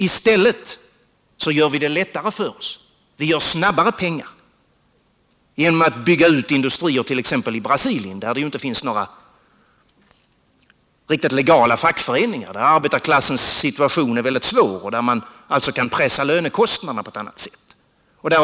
I stället gör vi det lättare för oss och gör snabbare pengar genom att bygga ut industrier i t.ex. Brasilien, där det inte finns några riktigt legala fackföreningar, där arbetarklassens situation är mycket svår och där man också kan pressa lönekostnaderna på ett annat sätt.